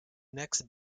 next